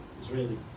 Israeli